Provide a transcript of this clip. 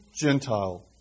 Gentile